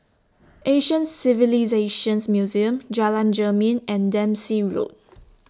Asian Civilisations Museum Jalan Jermin and Dempsey Road